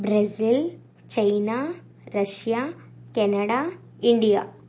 Brazil China Russia Canada India